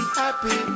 happy